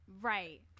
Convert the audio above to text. Right